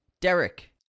Derek